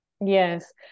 Yes